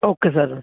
okay sir